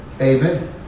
amen